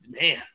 Man